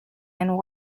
and